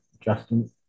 Justin